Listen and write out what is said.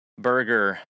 Burger